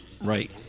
Right